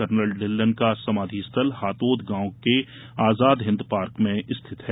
colonel Dhillon की समाधि स्थल हातौद गांव के आजाद हिन्द पार्क में स्थित है